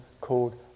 called